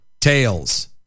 Tails